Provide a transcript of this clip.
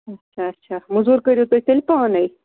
اَچھا اَچھا مٔزوٗر کٔرِو تُہۍ تیٚلہِ پانَے